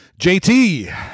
JT